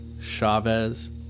Chavez